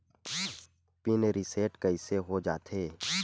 Pin reset कइसे हो जाथे?